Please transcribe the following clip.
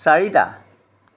চাৰিটা